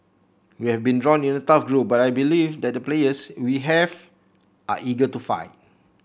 we have been drawn in a tough group but I believe that the players we have are eager to fight